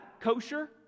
kosher